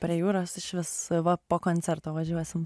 prie jūros išvis va po koncerto važiuosim